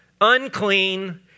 unclean